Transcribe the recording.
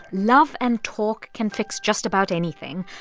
love and talk can fix just about anything.